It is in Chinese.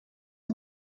情况